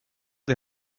des